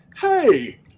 hey